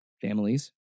families